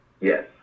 yes